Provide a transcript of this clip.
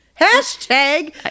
Hashtag